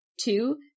Two